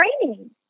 training